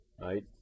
right